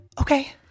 Okay